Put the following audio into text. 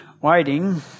waiting